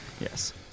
Yes